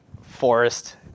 forest